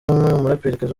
umuraperikazi